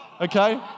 Okay